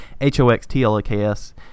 H-O-X-T-L-A-K-S